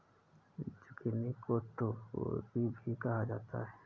zucchini को तोरी भी कहा जाता है